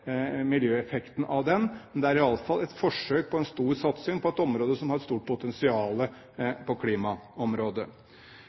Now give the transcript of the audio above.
miljøeffekten av den, men det er i alle fall et forsøk på en stor satsing på et område som har et stort potensial